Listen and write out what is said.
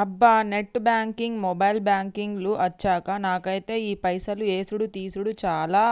అబ్బా net banking mobile banking లు అచ్చాక నాకైతే ఈ పైసలు యేసుడు తీసాడు చాలా